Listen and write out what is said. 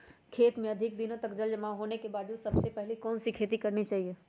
खेत में अधिक दिनों तक जल जमाओ होने के बाद सबसे पहली कौन सी खेती करनी चाहिए?